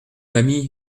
ami